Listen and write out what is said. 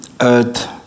earth